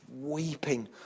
weeping